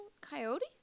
Coyotes